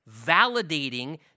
validating